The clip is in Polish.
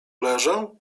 leżę